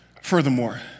Furthermore